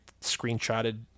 screenshotted